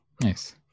Nice